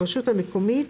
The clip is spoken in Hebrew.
הרשות המקומית,